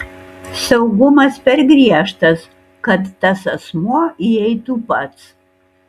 saugumas per griežtas kad tas asmuo įeitų pats